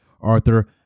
Arthur